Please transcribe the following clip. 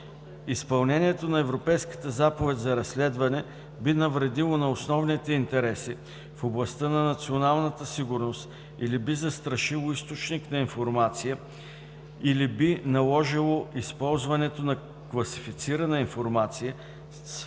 изпълнението на Европейската заповед за разследване би навредило на основните интереси в областта на националната сигурност или би застрашило източник на информация, или би наложило използването на класифицирана информация,